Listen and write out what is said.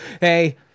hey –